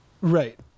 Right